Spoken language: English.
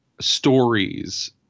stories